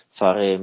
fare